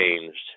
changed